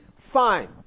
Fine